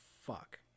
fuck